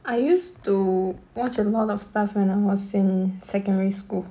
I used to watch a lot of stuff when I was in secondary school